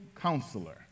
Counselor